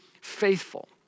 faithful